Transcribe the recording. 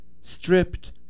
stripped